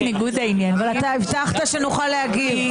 הבטחת שנוכל להגיב.